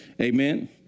Amen